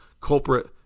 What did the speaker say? culprit